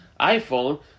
iPhone